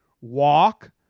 Walk